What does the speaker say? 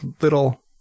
little